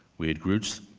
we had roots,